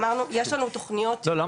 אמרנו יש לנו תוכניות --- לא,